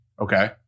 Okay